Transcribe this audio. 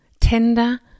tender